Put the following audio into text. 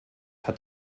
hat